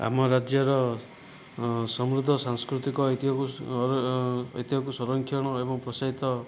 ଆମ ରାଜ୍ୟର ସମୃଦ୍ଧ ସାଂସ୍କୃତିକ ଐତିହ୍ୟକୁ ସଂରକ୍ଷଣ ଏବଂ ପ୍ରୋତ୍ସାହିତ